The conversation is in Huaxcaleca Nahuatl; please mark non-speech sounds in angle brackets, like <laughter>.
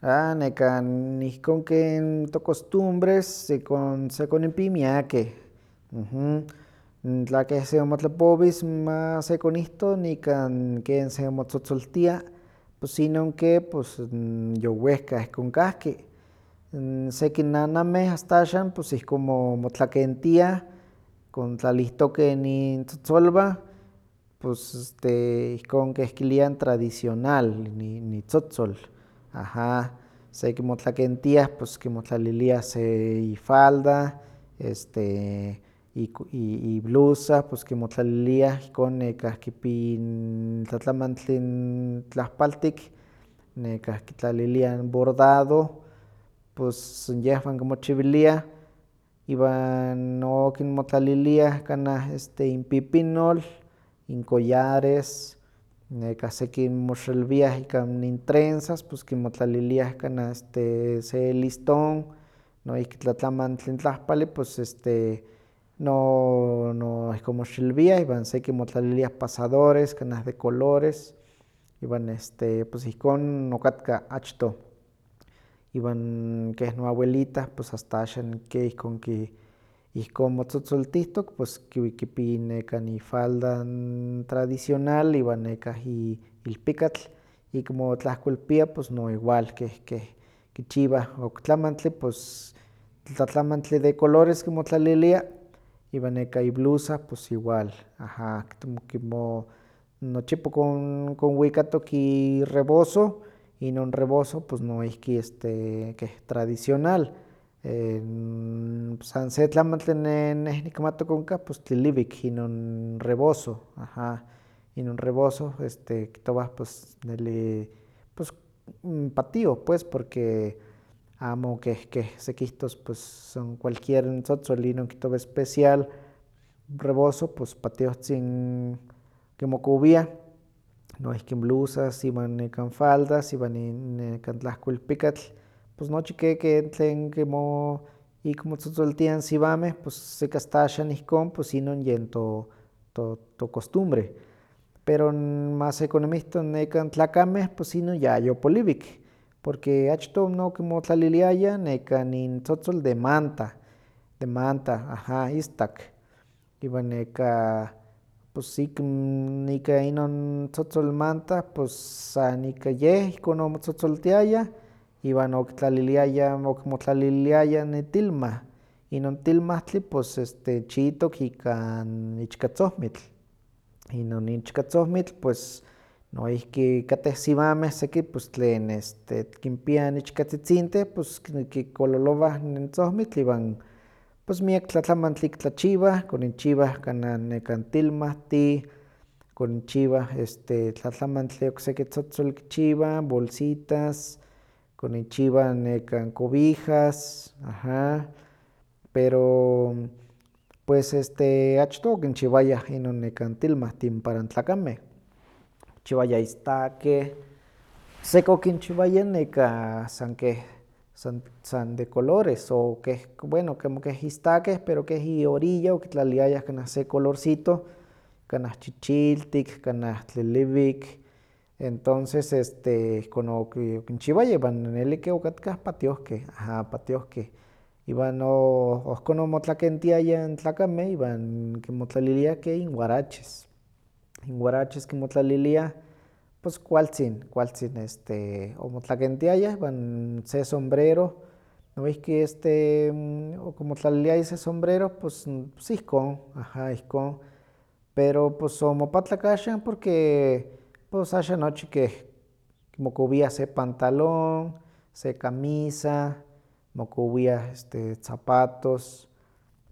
A nekan, ihkon ke n tocostumbres sekon- sekonimpi miakeh, <hesitation> tla keh se onmotlapowis ma sekonihto ika ken seonmotzotzoltiah, pues inon ke pues yowehkah ihkon kahki, n seki nanameh asta axan pos ihkon mo- motlakentiah, kontlalihtokeh intzotzolwan, pos este ihkon keh kilianh tradicional n- i- n- itzotzol, aha. Seki motlakentiah pos kimotlaliliah se ifalda, iblusa, pos kimotlaliliah ikhon nekah kipi tlatlamantli n tlahpaltik, nekahki kitlaliliah bordado, pos san yehwan kimochiwiliah, iwan nokinmitlaliliah kanah inpipinol, incollares, nekah seki moxelwiah ika n intrenzas, pos kimotlaliliah kanah este se liston, noihki tlatlamantli n tlahpali pos este no- no- noihkon moxelwiah, seki kimotlaliliah pasadores kanah de colores, iwan este pos este ihkon okatka achtoh, iwan keh noawelitah asta axan ke ihkon ki- ihkon motzotzoltihtok, pos kipi nekan ifalda n tradicional iwan nekah i- ilpikatl, ik motlahkoilpia pos noigual keh- keh kichiwah oktlamantli pos tlatlamantli de colores kinmotlalilia, iwan nekah iblusa pos igual, aha, kimo- nochika konwikatok ireboso, inon reboso pos noihki keh tradicional, <hesitation> san se tlamantli ne- neh nikmatok onkah pos tliliwik inon reboso, aha, inon reboso este kihtowah pues neli pos n patioh pues porque amo keh keh sekihtos pos san kualquier n tzotzol, inon kihtowah especial reboso pos patiohtzin kimokowiah, noihki n blusas iwan nekan faldas iwan nekan tlahkoilpikatl, pos nochi ke tlen kimo- ik motzotzoltiah n siwameh, seki asta axan ihkon pos inon yen to- to- tocostumbre. Pero masekoninmihto n tlakameh pos inon ya yopoliwik, porque achtoh okimotlaliliayah nekan intzotzol de manta, de manta, aha, istak, iwan nekah pos ik- ika inon tzotzol mantah, pos san ika yeh ihkon omotzotzoltiayah, iwan okitlaliliayah n. okimotlaliliayah n itilmah, inon tilmahtli pos chiitok ika n ichkatzhmitl, inon ichkatzohmitl noihki katteh siwameh seki pos tlen este kimpiah ichkatzitzinteh pos k- ki- kololowah n tzohmitl iwan pos mik tlatlamantli ik tlachiwah, koninchiwah kanah tilmahtih, koninchiwah este tlatlamantli, okseki tzotzol kichiwah, bolsitas, koninchiwah nekan cobijas, aha, pero pues este achtoh okinchiwayah inon nekah tilmahtih para n tlakameh, okinchiwayah istakeh, seki okinchiwayah nekan san keh, san de colores, o keh, bueno como keh istakteh pero keh iorillah okitlaliliayah kanah se colorsito, kanah chichiltik, kanah tliliwik, entonces este ihkon oki- okinchiwayah, iwan neli ke okatkah patiohkeh, aha, patiohkeh. Iwan o- noihkon omotlakentiayah tlakameh, iwan kimotlaliliah ke inwaraches, inwaraches kimotlaliliah, pos kualtzin, pos kualtzin omotlakentiayah, iwan se sombrero noihki okimotlaliliayah se somnrero, pos ihkon, aha, ihkon. Pero pos omopatlak axan porque axan nochi keh kimokowiah se pantalon, se camisa, kimokowiah este zapatos,